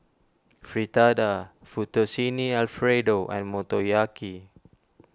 Fritada Fettuccine Alfredo and Motoyaki